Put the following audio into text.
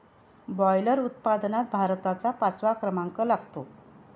boiler उत्पादनात भारताचा पाचवा क्रमांक लागतो